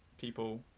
people